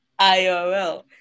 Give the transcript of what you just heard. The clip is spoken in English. IRL